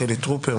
חילי טרופר,